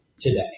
today